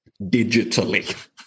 digitally